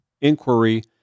inquiry